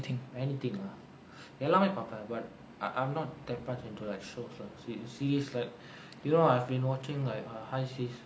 anything எல்லாமே பாப்ப:ellaamae paappa but but I'm not that much into like shows lah series like you know I've been watching like high seas